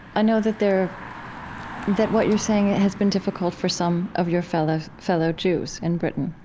i know that there that what you're saying has been difficult for some of your fellow fellow jews in britain,